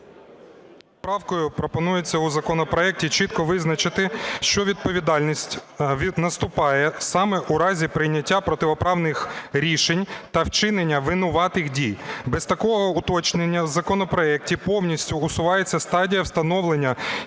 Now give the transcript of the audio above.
Правкою пропонується у законопроекті чітко визначити, що відповідальність наступає саме в разі прийняття противоправних рішень та вчинення винуватих дій. Без такого уточнення в законопроекті повністю усувається стадія встановлення